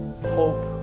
hope